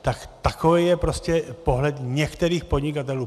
Tak takový je prostě pohled některých podnikatelů.